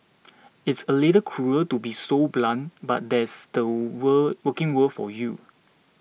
it's a little cruel to be so blunt but that's the were working world for you